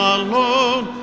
alone